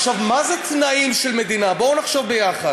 עכשיו, מה זה תנאים של מדינה, בואו נחשוב ביחד.